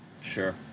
Sure